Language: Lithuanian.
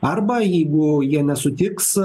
arba jeigu jie nesutiks